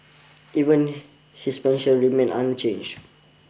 even his methods remain unchanged